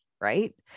Right